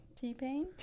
t-pain